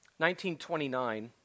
1929